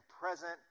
present